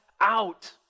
out